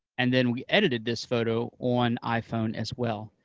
and then we edited this photo on iphone as well,